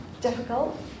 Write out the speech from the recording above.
difficult